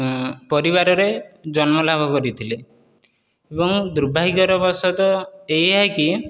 ପରିବାରରେ ଜନ୍ମ ଲାଭ କରିଥିଲେ ଏବଂ ଦୁର୍ଭାଗ୍ୟର ବଶତଃ ଏହିଆ କି